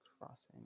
crossing